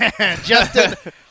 Justin